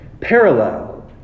parallel